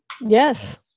Yes